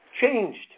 changed